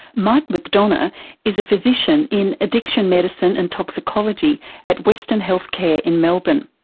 mike mcdonough is a physician in addiction medicine and toxicology at western healthcare in melbourne.